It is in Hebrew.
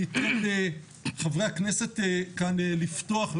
אני אתן לחברי הכנסת כאן לפתוח.